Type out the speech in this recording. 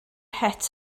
het